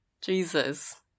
Jesus